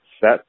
set